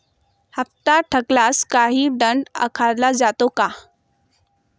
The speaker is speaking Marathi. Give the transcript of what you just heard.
हप्ता थकल्यास काही दंड आकारला जातो का?